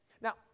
Now